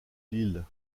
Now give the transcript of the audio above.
l’île